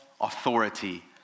authority